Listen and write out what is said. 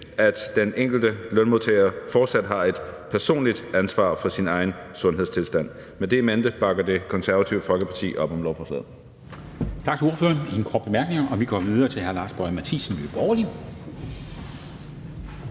at den enkelte lønmodtager fortsat har et personligt ansvar for sin egen sundhedstilstand. Med det in mente, bakker Det Konservative Folkeparti op om lovforslaget.